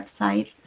website